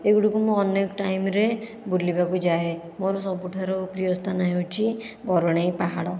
ଏଗୁଡ଼ିକୁ ମୁଁ ଅନେକ ଟାଇମ୍ରେ ବୁଲିବାକୁ ଯାଏ ମୋର ସବୁଠାରୁ ପ୍ରିୟ ସ୍ଥାନ ହେଉଛି ବରୁଣେଇ ପାହାଡ଼